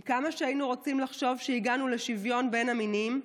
עם כמה שהיינו רוצים לחשוב שהגענו לשוויון בין המינים,